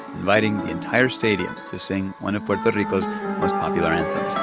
inviting the entire stadium to sing one of puerto rico's most popular anthems